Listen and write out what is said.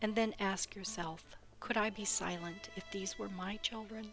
and then ask yourself could i be silent if these were my children